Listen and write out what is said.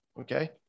okay